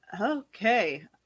okay